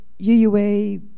UUA